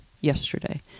yesterday